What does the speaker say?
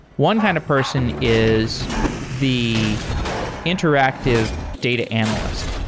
one kind of person is the interactive data analyst.